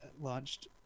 launched